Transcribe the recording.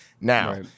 now